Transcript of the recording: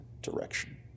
direction